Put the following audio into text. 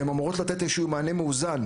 והן אמורות לתת איזשהו מענה מאוזן,